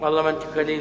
בפריפריה?